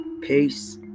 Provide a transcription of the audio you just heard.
peace